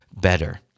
better